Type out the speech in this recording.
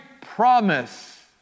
promise